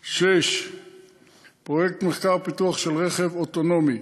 6. פרויקט מחקר ופיתוח של רכב אוטונומי.